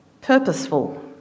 purposeful